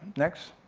next.